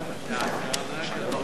הצעת חוק חינוך ממלכתי (תיקון,